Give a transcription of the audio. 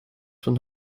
van